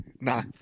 Nah